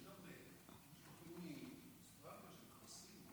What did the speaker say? יש מאוסטרליה גם כבשים.